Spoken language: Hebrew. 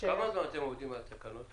כמה זמן אתם עובדים על התקנות?